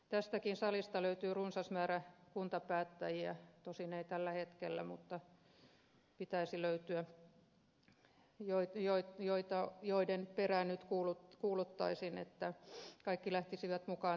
tästäkin salista löytyy runsas määrä kuntapäättäjiä tosin ei tällä hetkellä mutta pitäisi löytyä joiden perään nyt kuuluttaisin että kaikki lähtisivät mukaan talkoisiin